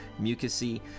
mucousy